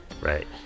Right